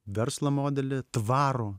verslo modelį tvarų